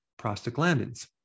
prostaglandins